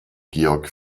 georg